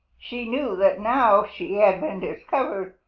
she knew that, now she had been discovered,